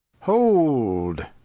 Hold